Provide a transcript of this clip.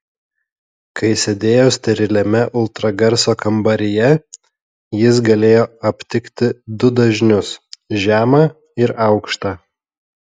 kai sėdėjo steriliame ultragarso kambaryje jis galėjo aptikti du dažnius žemą ir aukštą